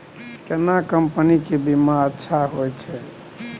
केना कंपनी के बीमा अच्छा होय छै?